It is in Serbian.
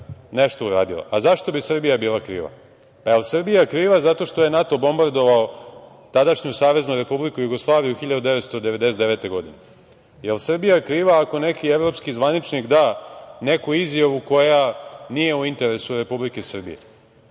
nešto uradila. Zašto bi Srbija bila kriva? Da li je Srbija kriva zato što je NATO bombardovao tadašnju SR Jugoslaviju 1999. godine? Da li je Srbija kriva ako neki evropski zvaničnik da neku izjavu koja nije u interesu Republike Srbije?